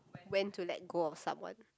when to let go of someone